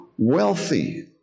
Wealthy